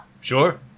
Sure